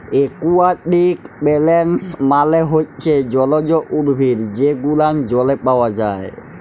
aquatic plants মালে হচ্যে জলজ উদ্ভিদ যে গুলান জলে পাওয়া যায়